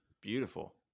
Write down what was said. Beautiful